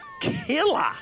killer